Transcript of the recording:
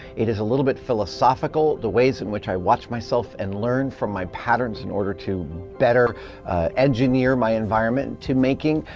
it is a little bit philosophical, the ways in which i watch myself and learn from my patterns in order to better engineer my environment to making,